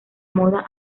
moda